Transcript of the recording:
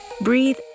Breathe